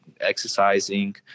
exercising